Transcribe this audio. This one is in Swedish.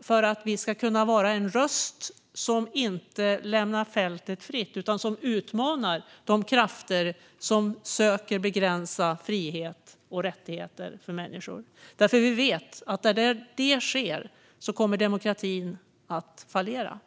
för att vi ska kunna vara en röst som inte lämnar fältet fritt utan utmanar de krafter som söker begränsa frihet och rättigheter för människor. Där det sker vet vi att demokratin kommer att fallera.